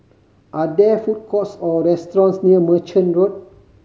are there food courts or restaurants near Merchant Road